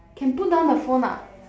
can put down the phone ah